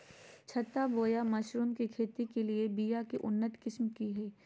छत्ता बोया मशरूम के खेती के लिए बिया के उन्नत किस्म की हैं?